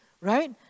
Right